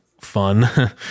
fun